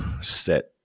set